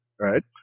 Right